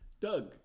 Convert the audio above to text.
Doug